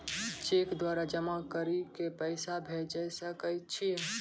Cheque द्वारा जमा करि के पैसा भेजै सकय छियै?